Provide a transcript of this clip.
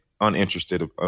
uninterested